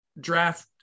draft